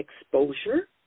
exposure